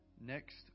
Next